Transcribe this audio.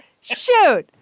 Shoot